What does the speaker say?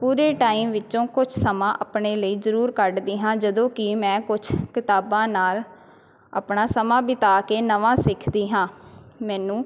ਪੂੂਰੇ time ਵਿੱਚੋਂ ਕੁਛ ਸਮਾਂ ਅਪਣੇ ਲਈ ਜ਼ਰੂਰ ਕੱਢਦੀ ਹਾਂ ਜਦੋਂ ਕਿ ਮੈਂ ਕੁਛ ਕਿਤਾਬਾਂ ਨਾਲ ਆਪਣਾ ਸਮਾਂ ਬਿਤਾ ਕੇ ਨਵਾਂ ਸਿੱਖਦੀ ਹਾਂ ਮੈਨੂੰ